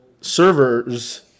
servers